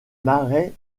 marais